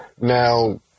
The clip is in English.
Now